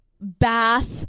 bath